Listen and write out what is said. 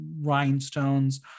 rhinestones